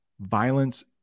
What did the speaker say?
violence